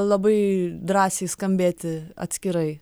labai drąsiai skambėti atskirai